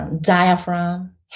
diaphragm